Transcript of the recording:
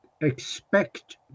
expect